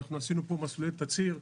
עשינו פה מסלולי תצהיר.